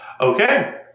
Okay